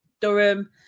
Durham